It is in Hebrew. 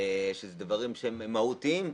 שהם דברים שהם מהותיים,